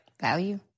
value